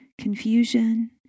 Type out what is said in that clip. confusion